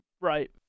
Right